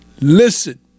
listen